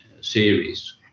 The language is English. series